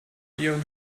ihren